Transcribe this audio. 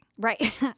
Right